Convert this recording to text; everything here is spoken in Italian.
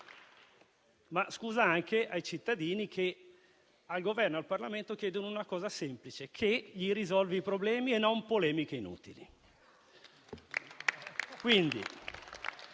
ma scusa anche ai cittadini che al Governo e al Parlamento chiedono una cosa semplice: che risolvano i problemi, senza polemiche inutili.